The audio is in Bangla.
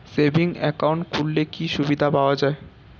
সেভিংস একাউন্ট খুললে কি সুবিধা পাওয়া যায়?